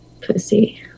pussy